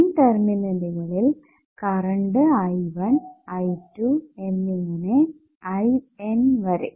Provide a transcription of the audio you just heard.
N ടെർമിനലുകളിൽ current I1 I2 എന്നിങ്ങനെ IN വരെ